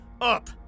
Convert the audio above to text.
up